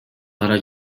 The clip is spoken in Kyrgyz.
кара